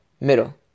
middle